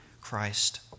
Christ